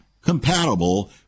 compatible